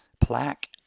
plaque